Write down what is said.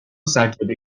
سجاده